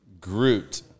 Groot